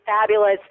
fabulous